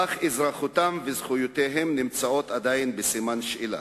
אך אזרחותם וזכויותיהם נמצאות עדיין בסימן שאלה.